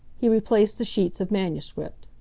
he replaced the sheets of manuscript.